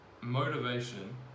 motivation